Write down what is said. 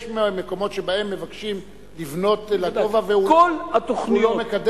יש מקומות שבהם מבקשים לבנות לגובה והוא לא מקדם?